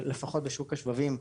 לפחות בשוק השבבים,